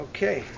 Okay